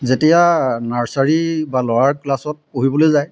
যেতিয়া নাৰ্চাৰী বা ল'ৱাৰ ক্লাছত পঢ়িবলৈ যায়